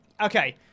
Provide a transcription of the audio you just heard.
Okay